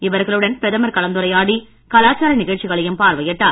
இவர்களுடன் பிரதமர் கைவினைப் கலாச்சார நிகழ்ச்சிகளையும் பார்வையிட்டார்